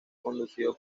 conducido